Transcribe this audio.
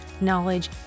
knowledge